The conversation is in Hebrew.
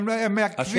הם מעכבים.